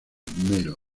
mal